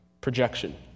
projection